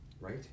right